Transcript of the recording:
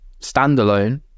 standalone